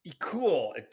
cool